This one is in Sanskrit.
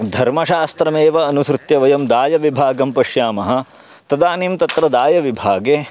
धर्मशास्त्रमेव अनुसृत्य वयं दायविभागं पश्यामः तदानीं तत्र दायविभागे